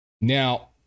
Now